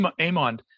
Amon